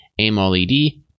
amoled